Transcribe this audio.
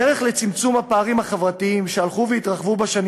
הדרך לצמצום הפערים החברתיים שהלכו והתרחבו בשנים